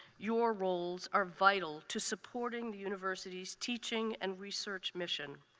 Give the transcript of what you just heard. your roles are vital to supporting the university's teaching and research mission.